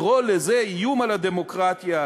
לקרוא לזה איום על הדמוקרטיה,